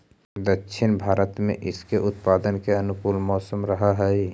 दक्षिण भारत में इसके उत्पादन के अनुकूल मौसम रहअ हई